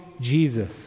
Jesus